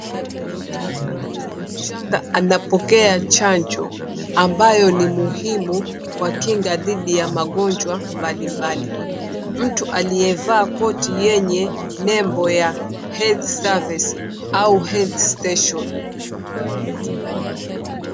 Mchanga anapokea chanjo ambayo ni muhimu kwa kinga dhidhi ya magonjwa mbalimbali. Mtu aliyevaa koti yenye nembo ya health service au health station.